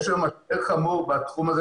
יש לנו משבר חמור בתחום הזה,